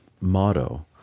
motto